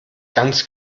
ganz